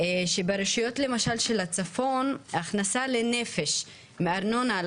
שברשויות למשל של הצפון ההכנסה לנפש מארנונה על